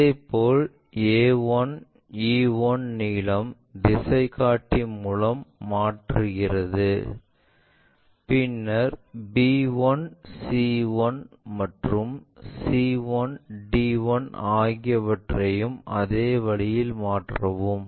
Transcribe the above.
இதேபோல் a1 e1 நீளம் திசைகாட்டி மூலம் மாற்றுகிறது பின்னர் b1 c1 மற்றும் c1 d1 ஆகியவையும் அதே வழியில் மாற்றவும்